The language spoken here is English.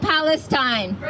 Palestine